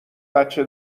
بچه